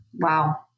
Wow